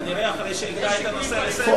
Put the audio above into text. כנראה אחרי שהעלתה את הנושא לסדר,